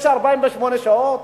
יש 48 שעות,